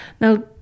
Now